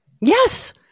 Yes